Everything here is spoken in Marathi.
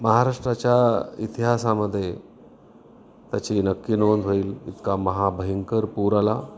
महाराष्ट्राच्या इतिहासामध्ये त्याची नक्की नोंद होईल इतका महाभयंकर पूर आला